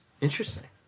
Interesting